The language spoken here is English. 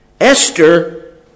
Esther